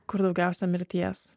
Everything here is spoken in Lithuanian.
kur daugiausiai mirties